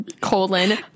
colon